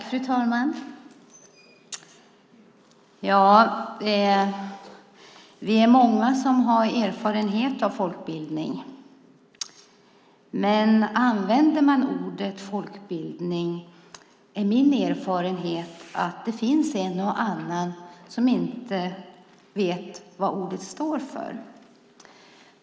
Fru talman! Vi är många som har erfarenhet av folkbildning. Men använder man ordet folkbildning är min erfarenhet att det finns en och annan som inte vet vad ordet står för.